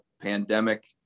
pandemic